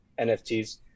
NFTs